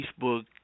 Facebook